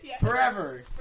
Forever